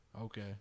Okay